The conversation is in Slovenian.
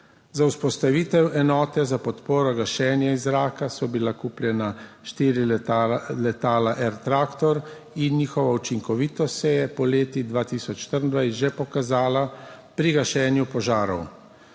Za vzpostavitev enote za podporo gašenje zraka so bila kupljena štiri letala air tractor in njihova učinkovitost se je poleti 2024 že pokazala pri gašenju požarov.